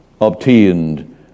obtained